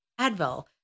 Advil